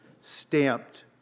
stamped